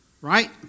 right